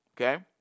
Okay